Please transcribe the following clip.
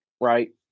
right